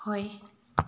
ꯍꯣꯏ